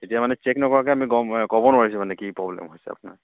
তেতিয়া মানে চেক নকৰাকে আমি ক'ব নোৱাৰিছোঁ মানে কি প্ৰ'ব্লেম হৈছে আপোনাৰ